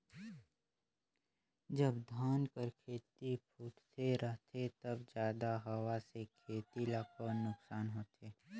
जब धान कर खेती फुटथे रहथे तब जादा हवा से खेती ला कौन नुकसान होथे?